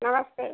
नमस्ते